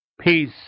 peace